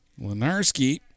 Lenarski